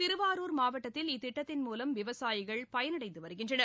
திருவாரூர் மாவட்டத்தில் இத்திட்டத்தின் மூலம் விவசாயிகள் பயனடைந்து வருகின்றனர்